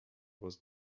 was